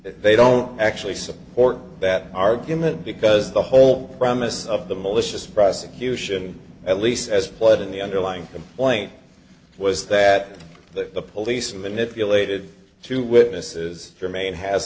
they don't actually support that argument because the whole premise of the malicious prosecution at least as blood in the underlying complaint was that the police and the nifty elated two witnesses remain ha